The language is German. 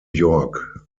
york